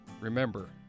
Remember